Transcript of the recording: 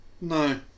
No